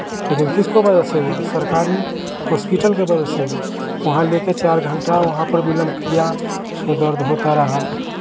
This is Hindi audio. ये दे किसको वजह से हुआ सरकारी हॉस्पिटल की वजह से हुआ वहाँ ले के चार घंटा वहाँ पर विलम्ब किया उसको दर्द होता रहा